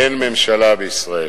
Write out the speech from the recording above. אין ממשלה בישראל.